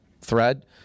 thread